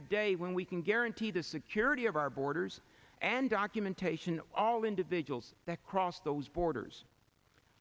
the day when we can guarantee the security of our borders and documentation all individuals that cross those borders